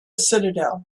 citadel